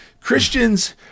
Christians